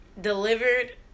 delivered